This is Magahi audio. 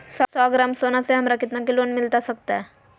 सौ ग्राम सोना से हमरा कितना के लोन मिलता सकतैय?